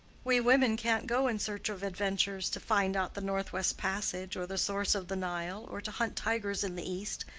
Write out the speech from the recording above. we women can't go in search of adventures to find out the north-west passage or the source of the nile, or to hunt tigers in the east.